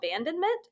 Abandonment